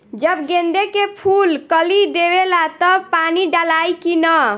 जब गेंदे के फुल कली देवेला तब पानी डालाई कि न?